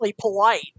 polite